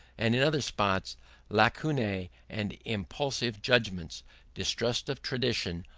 and in other spots lacunae and impulsive judgments distrust of tradition,